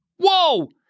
Whoa